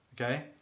Okay